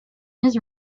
his